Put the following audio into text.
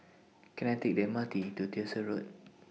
Can I Take The M R T to Tyersall Road